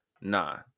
nah